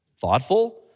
Thoughtful